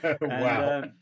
Wow